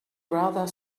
rather